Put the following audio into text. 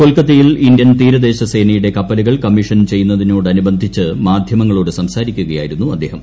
കൊൽക്കത്തയിൽ ഇന്ത്യൻ തീരദേശ സേനയുടെ കപ്പലുകൾ കമ്മീഷൻ ചെയ്യുന്നതിനോടനുബന്ധിച്ച് മാധ്യമങ്ങളോട് സംസാരിക്കുകയായിരുന്നു അദ്ദേഹം